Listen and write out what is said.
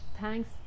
Thanks